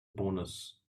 bonus